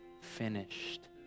finished